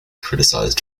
criticized